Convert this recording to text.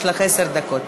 יש לך עשר דקות.